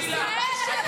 תביישי לך.